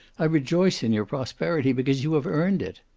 i rejoice in your prosperity, because you have earned it.